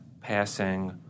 passing